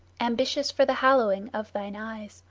ambitious for the hallowing of thine eyes,